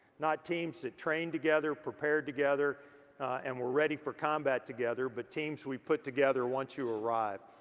not teams that train together, prepare together and were ready for combat together, but teams we've put together once you arrive.